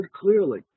clearly